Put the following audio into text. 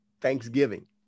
thanksgiving